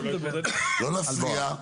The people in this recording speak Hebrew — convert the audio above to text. לא להפריע.